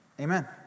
Amen